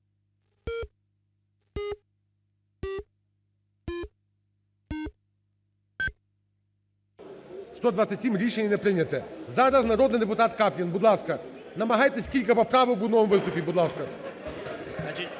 За-127 Рішення не прийнято. Зараз народний депутат Каплін. Будь ласка, намагайтесь кілька поправок в одному виступі, будь ласка.